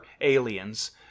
aliens